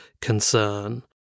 concern